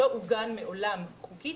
הוא לא עוגן מעולם חוקית.